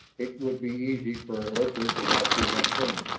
it would be easy for a lurker to watch him unseen.